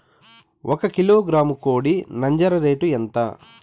ఒక కిలోగ్రాము కోడి నంజర రేటు ఎంత?